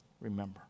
Remember